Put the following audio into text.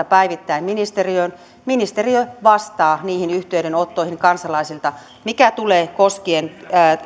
päivittäin palautetta ministeriöön ministeriö vastaa niihin yhteydenottoihin kansalaisilta mitä tulee koskien